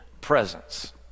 presence